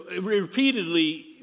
repeatedly